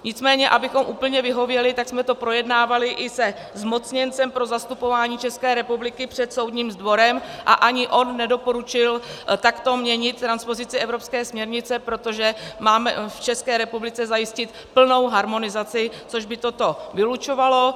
Nicméně abychom úplně vyhověli, tak jsme to projednávali i se zmocněncem pro zastupování České republiky před Soudním dvorem a ani on nedoporučil takto měnit transpozici evropské směrnice, protože máme v České republice zajistit plnou harmonizaci, což by toto vylučovalo.